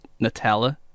Nutella